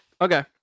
Okay